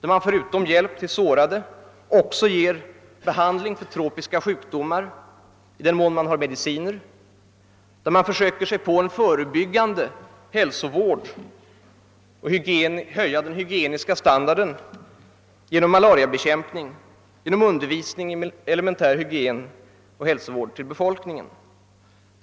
där man förutom hjälp till sårade också ger behandling mot tropiska sjukdomar — i den mån man har mediciner — och där man försöker sig på en förebyggande hälsovård och att höja den hygieniska standarden genom bekämpning av malaria, genom undervisning i elementär hygien och hälsovård till befolkningen.